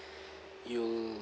you'll